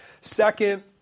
Second